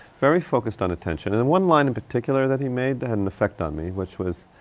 very focused on attention. and the one line in particular that he made that had an affect on me, which was,